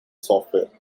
software